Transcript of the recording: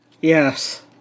Yes